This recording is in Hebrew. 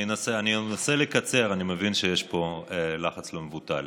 אני אנסה לקצר, אני מבין שיש פה לחץ לא מבוטל.